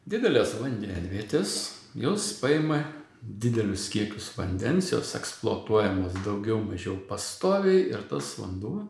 didelės vandenvietės jos paima didelius kiekius vandens jos eksploatuojamos daugiau mažiau pastoviai ir tas vanduo